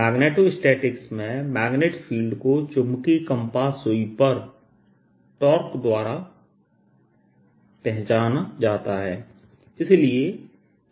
magnetostatics में magnetic field को चुंबकीय कंपास सुई पर टॉर्क द्वारा पहचाना जाता है